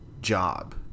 job